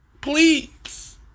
Please